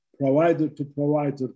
provider-to-provider